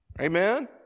Amen